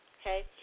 Okay